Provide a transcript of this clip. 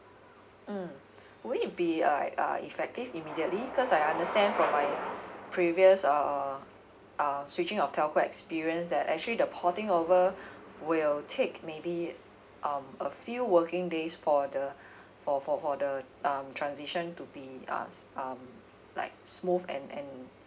mm will it be uh uh effective immediately because I understand from my previous err uh switching of telco experience that actually the potting over will take maybe um a few working days for the for for for the um transition to be uh um like smooth and and